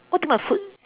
what do you mean by food